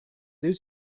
due